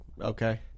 okay